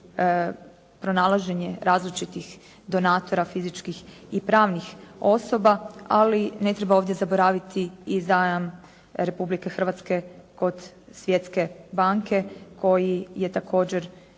pronalaženje različitih donatora fizičkih i pravnih osoba, ali ne treba ovdje zaboraviti i zajam Republike Hrvatske kod Svjetske banke koji je također